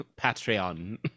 Patreon